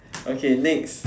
okay next